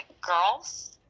girls